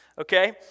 Okay